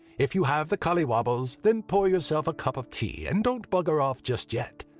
if you have the collywobbles, then pour yourself a cup of tea and don't bugger off just yet,